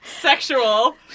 Sexual